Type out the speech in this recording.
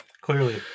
clearly